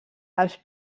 als